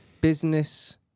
Business